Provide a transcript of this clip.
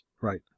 Right